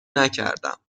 نکردم